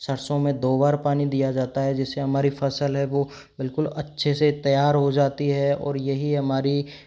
सरसों में दो बार पानी दिया जाता है जिससे हमारी फसल है वो बिल्कुल अच्छे से तैयार हो जाती है और यही हमारी